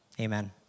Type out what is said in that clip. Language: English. Amen